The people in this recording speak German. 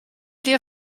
dir